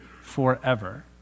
forever